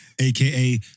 aka